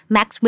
Max